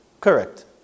Correct